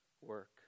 work